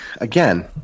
again